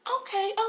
Okay